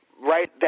right